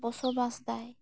ᱵᱚᱥᱚᱵᱟᱥ ᱛᱟᱭ